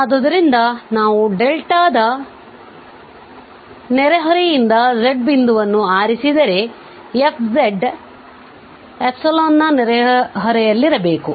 ಆದ್ದರಿಂದ ನಾವು ದ ನೆರೆಹೊರೆಯಿಂದ z ಬಿಂದುವನ್ನು ಆರಿಸಿದರೆ f ನ ನೆರೆಹೊರೆಯಲ್ಲಿರಬೇಕು